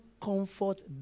comfort